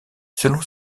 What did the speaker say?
selon